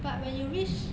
but when you reach